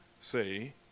say